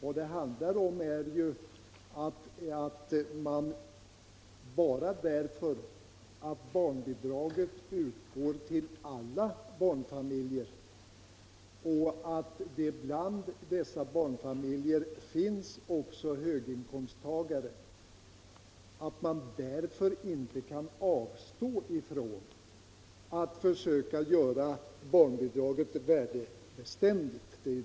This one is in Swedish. Även om barnbidrag utgår till alla barnfamiljer och det bland dessa barnfamiljer finns höginkomsttagare, kan man inte avstå från att försöka göra barnbidraget värdebeständigt.